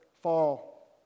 fall